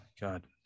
God